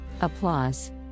Applause